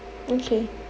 okay